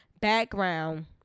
background